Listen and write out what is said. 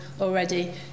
already